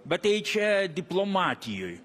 bet tai čia diplomatijoj